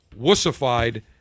wussified